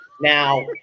Now